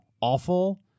awful